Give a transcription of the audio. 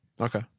Okay